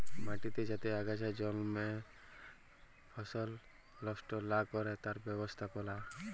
মাটিতে যাতে আগাছা জল্মে ফসল লস্ট লা ক্যরে তার ব্যবস্থাপালা